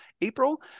April